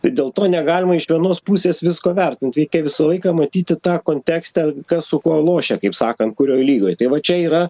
tai dėl to negalima iš vienos pusės visko vertint reikia visą laiką matyti tą kontekstą kas su kuo lošia kaip sakant kurioj lygoj tai va čia yra